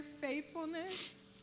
faithfulness